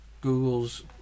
Google's